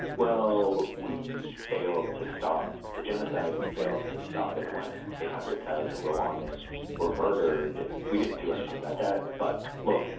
well we failed to stop the genocide we failed to stop it when eight hundred thousand rwandans were murdered. we didn't do anything about that, but look,